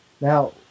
Now